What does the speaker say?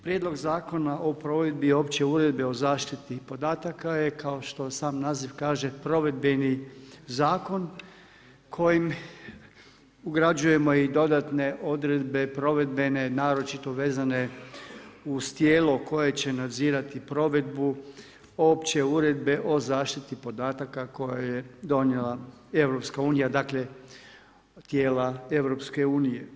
Prijedlog zakona o provedbi opće uredbe o zaštiti podataka je, kao što sam naziv kaže, provedbeni zakon kojim ugrađujemo i dodatne odredbe provedbene, naročito vezane uz tijelo koje će nadzirati provedbu opće uredbe o zaštiti podataka koju je donijela EU, dakle tijela EU.